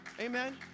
Amen